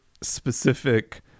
specific